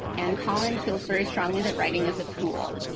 and colin feels very strongly that writing is a tool.